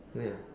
ya